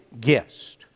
guest